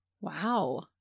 Wow